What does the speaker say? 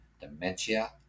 dementia